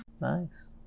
Nice